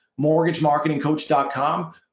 mortgagemarketingcoach.com